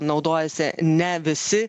naudojasi ne visi